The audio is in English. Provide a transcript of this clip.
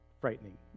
frightening